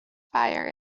fire